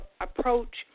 approach